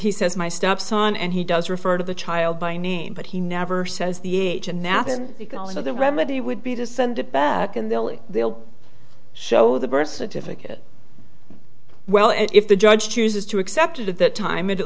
he says my stepson and he does refer to the child by name but he never says the age of nap and because of the remedy would be to send it back and they'll they'll show the birth certificate well if the judge chooses to accept it at that time